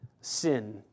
sin